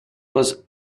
was